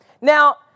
Now